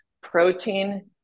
protein